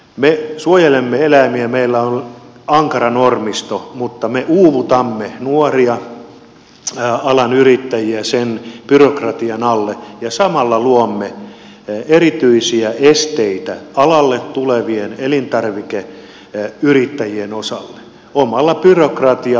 me suojelemme eläimiä meillä on ankara normisto mutta me uuvutamme nuoria alan yrittäjiä sen byrokratian alle ja samalla luomme erityisiä esteitä alalle tulevien elintarvikeyrittäjien osalle